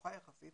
נמוכה יחסית